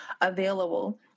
available